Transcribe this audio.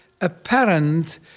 apparent